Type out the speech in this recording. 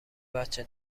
بچه